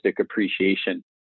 appreciation